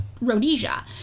Rhodesia